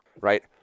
right